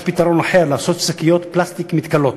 שיש פתרון אחר: לעשות שקיות פלסטיק מתכלות.